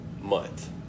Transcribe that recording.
month